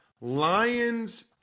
Lions